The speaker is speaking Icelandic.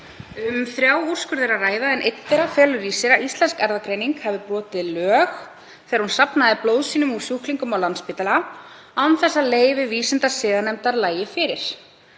Um þrjá úrskurði er að ræða en einn þeirra felur í sér að Íslensk erfðagreining hafi brotið lög þegar hún safnaði blóðsýnum úr sjúklingum á Landspítala án þess að leyfi vísindasiðanefndar lægi fyrir.